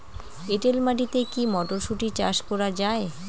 এটেল মাটিতে কী মটরশুটি চাষ করা য়ায়?